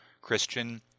Christian